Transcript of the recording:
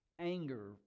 anger